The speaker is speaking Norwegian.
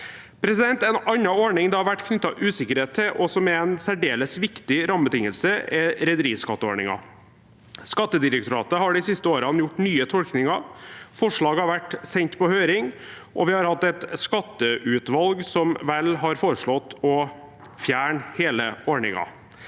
En annen ordning det har vært knyttet usikkerhet til, og som er en særdeles viktig rammebetingelse, er rederiskatteordningen. Skattedirektoratet har de siste årene gjort nye tolkninger, forslaget har vært sendt på høring, og vi har hatt et skatteutvalg som vel har foreslått å fjerne hele ordningen.